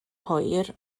hwyr